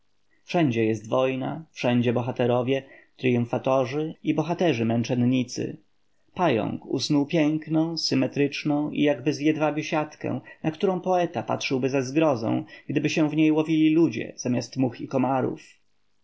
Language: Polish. wszędzie jest wojna wszędzie bohaterowie tryumfatorzy i bohaterzy męczennicy pająk usnuł piękną symetryczną i jakby z jedwabiu siatkę na którą poeta patrzyłby ze zgrozą gdyby się w niej łowili ludzie zamiast much i komarów